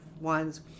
ones